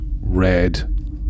red